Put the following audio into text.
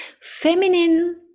Feminine